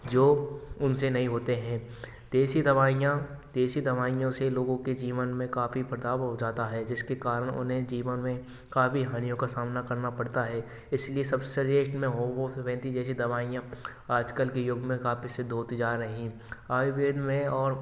जो उनसे नहीं होते हैं देसी दवाइयाँ देसी दवाइयों से लोगों के जीवन में काफ़ी पछतावा हो जाता है जिसके कारण उन्हें जीवन में काफ़ी हानियों का सामना करना पड़ता है इस लिए सबसे सजेस्ट होम्योपैथिक जैसी दवाइयाँ आजकल के युग में काफ़ी सिद्ध होती जा रही हैं आयुर्वेद में और